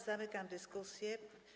Zamykam dyskusję.